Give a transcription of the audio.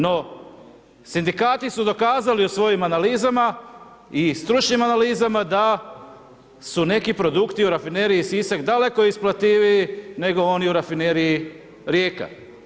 No, sindikati su dokazali u svojim analizama i stručnim analizama da su neki produkti u Rafineriji Sisak daleko isplativiji, nego oni u Rafineriji Rijeka.